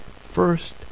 first